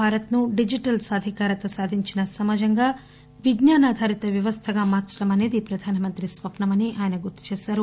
భారత్ ను డిజిటల్ గా సాధికారత సాధించిన సమాజంగా విజ్ఞానాధారిత వ్యవస్థగా మార్చడమనేది ప్రధానమంత్రి స్వప్నమని ఆయన అన్నారు